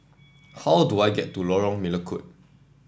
how do I get to Lorong Melukut